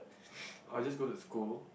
I'll just go to school